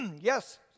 Yes